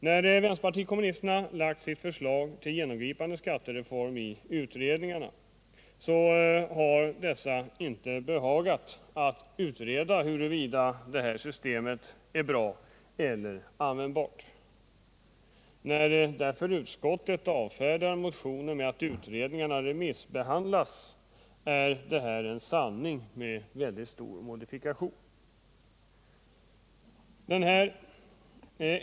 När vänsterpartiet kommunisterna lagt sitt förslag till genomgripande skattereform har utredningar inte behagat att utreda huruvida detta system är bra eller användbart. När därför utskottet avfärdar motionen med att utredningarna remissbehandlas, är detta en sanning med stor modifikation.